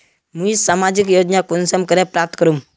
मुई सामाजिक योजना कुंसम करे प्राप्त करूम?